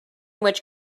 which